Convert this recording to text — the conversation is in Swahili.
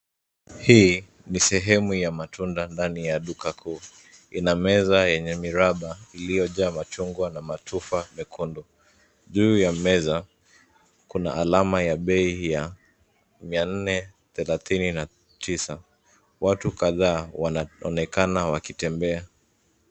Hii ni sehemu ya matunda ndani ya duka kuu. Ina meza yenye miraba iliyo jaa machungwa na matufa mekundu. Juu ya meza kuna alama ya bei ya mia nne thelathini na tisa. Watu kadhaa wanaonekana wakitembea.